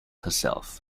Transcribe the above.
herself